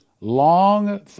long